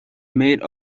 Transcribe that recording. made